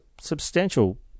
substantial